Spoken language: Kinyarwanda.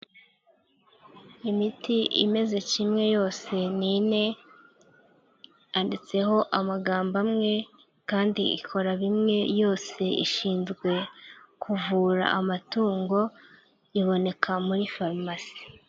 Imiti imeze kimwe yose ni ine, yanditseho amagambo amwe kandi ikora bimwe, yose ishinzwe kuvura amatungo iboneka muri farumasi.